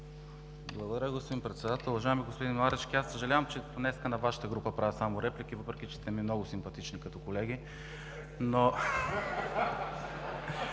Благодаря, господин Председател. Уважаеми господин Марешки, съжалявам, че днес на Вашата група правя само реплики, въпреки че сте ми много симпатични като колеги.